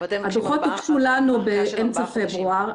הדוחות --- באמצע פברואר.